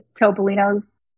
Topolino's